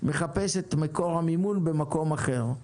מחפש את מקור המימון במקום אחר.